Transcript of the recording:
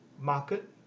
market